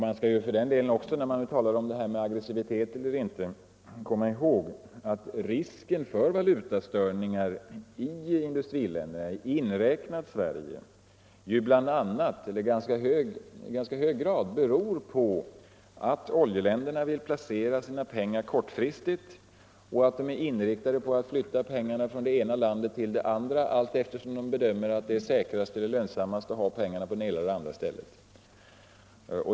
Man skall också komma ihåg att risken för valutastörningar i i-länderna, inräknat Sverige, i ganska hög grad beror på att oljeländerna vill placera sina pengar kortfristigt och att de är inriktade på att flytta pengarna från det ena landet till det andra allteftersom det bedöms säkrast eller lönsammast att ha pengarna på det ena eller andra stället.